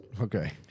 Okay